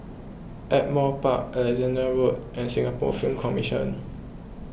Ardmore Park Alexandra Road and Singapore Film Commission